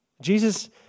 Jesus